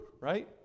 right